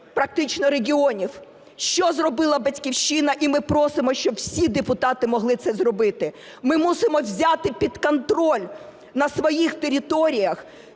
практично регіонів. Що зробила "Батьківщина"? І ми просимо, щоб всі депутати могли це зробити. Ми мусимо взяти під контроль на своїх територіях